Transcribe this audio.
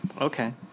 Okay